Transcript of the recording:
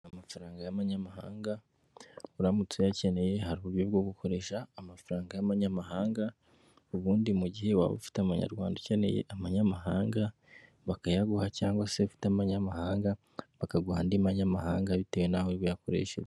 Amafaranga y'abanyamahanga, uramutse uyakeneye hari uburyo bwo gukoresha amafaranga y'abanyamahanga, ubundi mu gihe waba ufite abanyarwanda ukeneye abanyamahanga bakayaguha, cyangwa se ufite amanyamahanga bakayaguha andi manyamahanga bitewe n'aho yakoreshejwe.